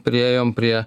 priėjom prie